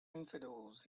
infidels